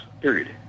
period